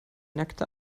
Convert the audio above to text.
nackte